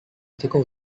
article